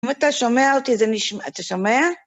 אם אתה שומע אותי, זה נשמע, אתה שומע?